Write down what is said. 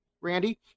Randy